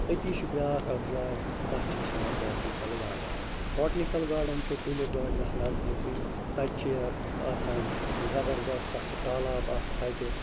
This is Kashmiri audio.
أتی چھِ بیٛاکھ اَکھ جاے تَتھ چھِ أسۍ وَنان باٹنِکَل گاڈَن باٹنِکَل گاڈَن چھُ ٹُلِپ گاڈنَس نَزدیٖکھٕے تَتہِ چھِ آسان زَبردَست تَتھ چھِ تالاب اَکھ تَتہِ